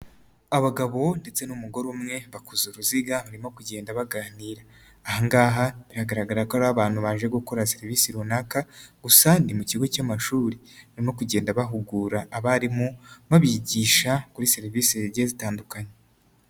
Abagabo ndetse n'umugore umwe bakoze uruziga barimo kugenda baganira, ahangaha biragaragara ko ari abantu baje gukora serivisi runaka gusa ni mu kigo cy'amashuri, barimo kugenda bahugura abarimu babigisha kuri serivisi zigiye zitandukanye.